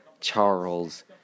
Charles